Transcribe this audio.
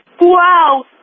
wow